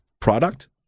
product